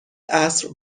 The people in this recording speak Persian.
عصر